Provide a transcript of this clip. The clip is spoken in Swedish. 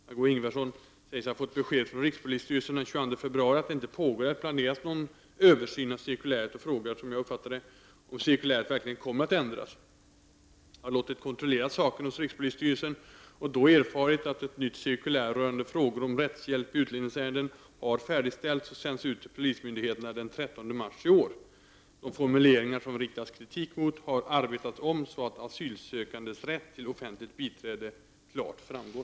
Margö Ingvardsson säger sig ha fått besked från rikspolisstyrelsen den 22 februari att det inte pågår eller planeras någon översyn av cirkuläret och frågar — som jag uppfattar det — om cirkuläret verkligen kommer att ändras. Jag har låtit kontrollera saken hos rikspolisstyrelsen och då erfarit att ett nytt cirkulär rörande frågor om rättshjälp i utlänningsärenden har färdigställts och sänts ut till polismyndigheterna den 13 mars i år. De formuleringar som det riktats kritik mot har arbetats om så att asylsökandes rätt till offentligt biträde klart framgår.